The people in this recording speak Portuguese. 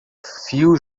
fio